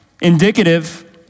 indicative